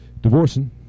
divorcing